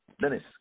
Dennis